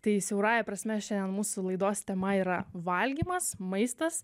tai siaurąja prasme šiandien mūsų laidos tema yra valgymas maistas